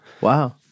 wow